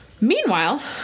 Meanwhile